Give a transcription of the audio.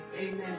amen